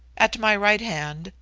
at my right hand,